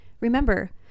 Remember